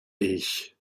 ich